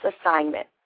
assignment